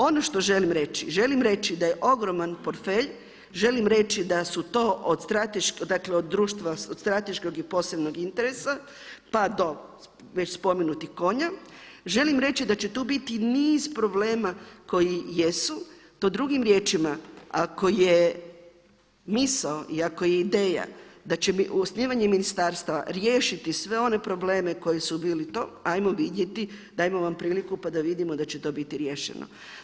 Ono što želim reći, želim reći da je ogroman portfelj, želim reći da su to društva od strateškog i posebnog interesa pa do već spomenutih konja, želim reći da će tu biti niz problema koji jesu to drugim riječima, ako je misao i ako je ideja da će osnivanjem ministarstva riješiti sve one problem koji su bili to, ajmo vidjeti dajmo vam priliku pa da vidimo da će to biti riješeno.